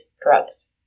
drugs